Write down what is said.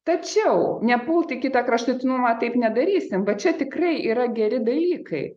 tačiau nepult į kitą kraštutinumą taip nedarysim vat čia tikrai yra geri dalykai